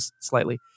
slightly